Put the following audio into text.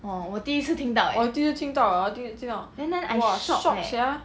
我第一次听到第一次听到 !wah! shock sia